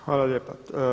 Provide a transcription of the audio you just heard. Hvala lijepa.